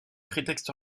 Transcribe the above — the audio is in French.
prétexte